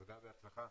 תודה ובהצלחה.